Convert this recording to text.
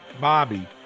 Bobby